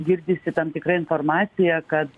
girdisi tam tikra informacija kad